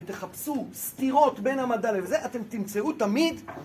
תחפשו סתירות בין המדע לזה, אתם תמצאו תמיד